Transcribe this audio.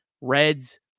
Reds